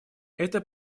это